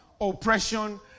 oppression